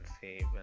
save